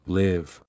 live